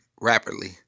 rapidly